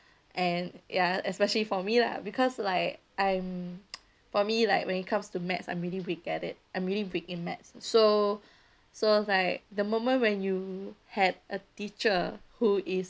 and ya especially for me lah because like I'm for me like when it comes to math I'm really weak at it I'm really weak in maths so so like the moment when you had a teacher who is